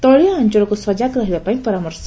ତଳିଆ ଅଅଳକୁ ସଜାଗ ରହିବାପାଇଁ ପରାମର୍ଶ